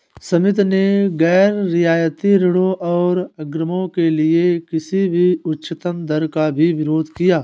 समिति ने गैर रियायती ऋणों और अग्रिमों के लिए किसी भी उच्चतम दर का भी विरोध किया